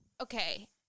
Okay